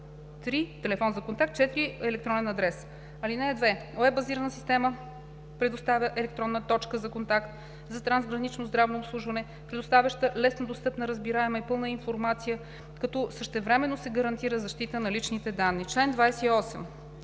3. телефон за контакт; 4. електронен адрес. (2) Уеб базираната система представлява електронна „точка за контакт“ за трансгранично здравно обслужване, предоставяща леснодостъпна, разбираема и пълна информация, като същевременно се гарантира защитата на личните данни. Чл. 28л.